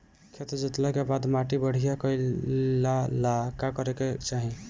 खेत जोतला के बाद माटी बढ़िया कइला ला का करे के चाही?